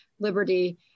liberty